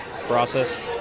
process